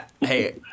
Hey